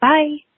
Bye